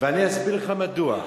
ואני אסביר לך מדוע.